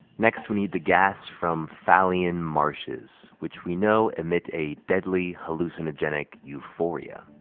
next, we need the gas from fallian marshes, which we know emit a deadly hallucinogenic euphoria.